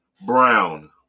Brown